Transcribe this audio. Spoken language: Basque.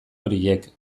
horiek